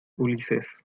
ulises